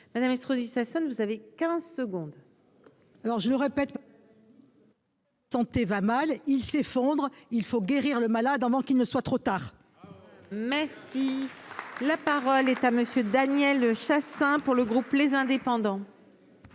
Madame Estrosi Sassone vous avez 15 secondes. Alors, je le répète. Santé va mal, il s'effondre, il faut guérir le malade avant qu'il ne soit trop tard. Mais si la parole est à Monsieur Daniel Chassain pour le groupe, les indépendants.